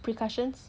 pr~ percussion